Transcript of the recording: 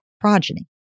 progeny